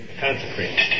Consecrated